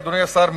אדוני השר,